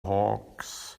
hawks